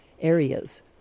areas